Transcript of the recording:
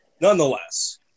Nonetheless